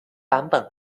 版本